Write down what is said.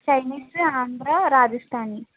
Chinese Andhra Rajasthani